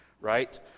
right